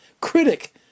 critic